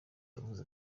yavuze